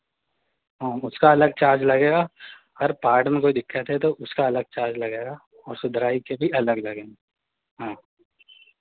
हाँ उसका अलग चार्ज़ लगेगा हर पार्ट में कोई दिक्कत है तो उसका अलग चार्ज़ लगेगा और सुधराई के भी अलग लगेंगे हाँ